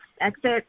exit